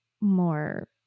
more